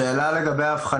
הסעיף הזה חל על כל בניין